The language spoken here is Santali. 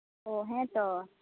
ᱚ ᱦᱮᱸᱛᱚ